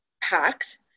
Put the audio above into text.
packed